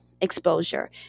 exposure